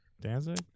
Danzig